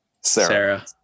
Sarah